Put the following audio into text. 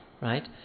right